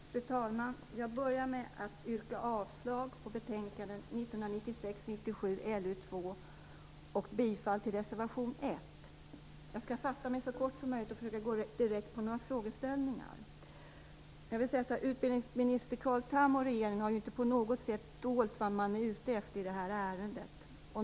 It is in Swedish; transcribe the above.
Fru talman! Jag börjar med att yrka avslag på hemställan i betänkande 1996/97:LU2 och bifall till reservation 1. Jag skall fatta mig så kort som möjligt och försöka gå direkt på några frågeställningar. Utbildningsminister Carl Tham och regeringen har ju inte på något sätt dolt vad man är ute efter i det här ärendet.